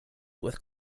with